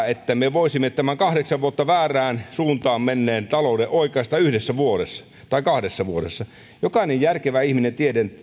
että me voisimme tämän kahdeksan vuotta väärään suuntaan menneen talouden oikaista yhdessä vuodessa tai kahdessa vuodessa jokainen järkevä ihminen